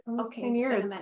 Okay